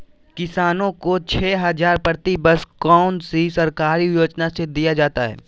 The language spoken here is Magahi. किसानों को छे हज़ार प्रति वर्ष कौन सी सरकारी योजना से दिया जाता है?